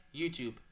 YouTube